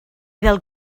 del